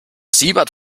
siebert